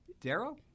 Daryl